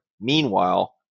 Meanwhile